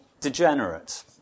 degenerate